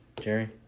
Jerry